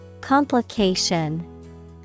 Complication